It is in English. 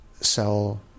sell